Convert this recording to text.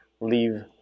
leave